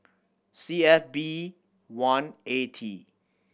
C F B one A T